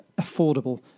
affordable